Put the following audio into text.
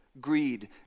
greed